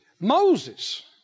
Moses